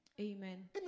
Amen